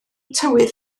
tywydd